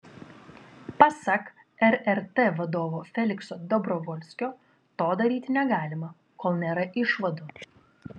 pasak rrt vadovo felikso dobrovolskio to daryti negalima kol nėra išvadų